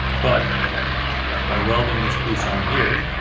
but by welding this piece on here.